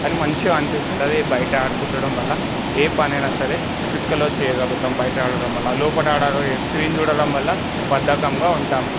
అది మంచిగా అనిపిస్తుంటుంది బయట ఆడుకుంటూ ఉండటం వల్ల ఏ పనైనా సరే చిటికలో చేయగలుగుతాము బయట ఆడటం వల్ల లోపల అడటం స్క్రీన్ చూడటం వల్ల బద్దకంగా ఉంటాము